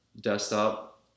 desktop